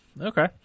Okay